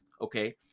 okay